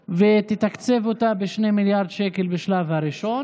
ותתקצב אותה ב-2 מיליארד שקלים בשלב הראשון,